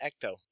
ecto